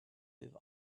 with